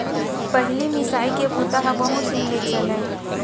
पहिली मिसाई के बूता ह बहुत दिन ले चलय